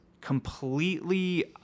completely